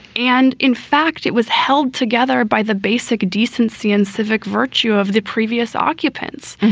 and in fact, it was held together by the basic decency and civic virtue of the previous occupants.